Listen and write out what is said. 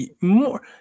more